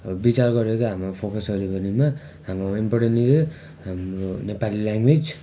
अब बिचार गरेको हाम्रो फोकसहरू भरिमा हाम्रो इम्पोर्टेन्टली चाहिँ हाम्रो नेपाली ल्याङ्गवेज